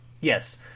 Yes